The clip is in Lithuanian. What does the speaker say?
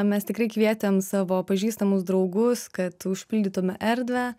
mes tikrai kvietėm savo pažįstamus draugus kad užpildytume erdvę